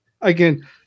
Again